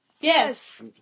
Yes